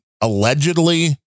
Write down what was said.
allegedly